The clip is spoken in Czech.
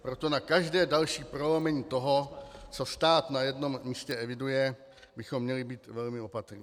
Proto na každé další prolomení toho, co stát na jednom místě eviduje, bychom měli být velmi opatrní.